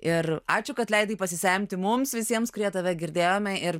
ir ačiū kad leidai pasisemti mums visiems kurie tave girdėjome ir